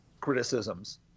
criticisms